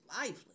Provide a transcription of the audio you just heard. lively